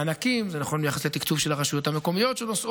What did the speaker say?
החלה מתקפת טרור רצחנית מרצועת